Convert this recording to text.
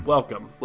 Welcome